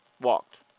walked